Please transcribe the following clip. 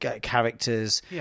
characters